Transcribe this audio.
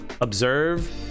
observe